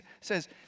says